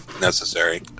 necessary